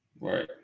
Right